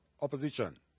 opposition